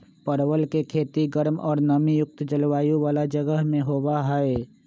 परवल के खेती गर्म और नमी युक्त जलवायु वाला जगह में होबा हई